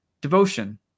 devotion